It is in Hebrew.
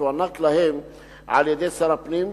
שתוענק להם על-ידי שר הפנים,